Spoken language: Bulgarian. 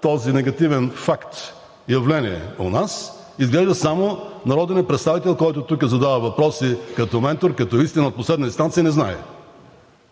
този негативен факт – явление у нас, изглежда само народният представител, който тук задава въпрос, и като ментор, като истина от последна инстанция не знае.